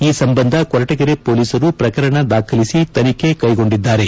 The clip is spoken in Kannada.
ಈ ಸಂಬಂಧ ಕೊರಟಗೆರೆ ಪೊಲೀಸರು ಪ್ರಕರಣ ದಾಖಲಿಸಿ ತನಿಖೆ ಕೈಗೊಂಡಿದ್ದಾರೆ